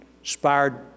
inspired